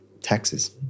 taxes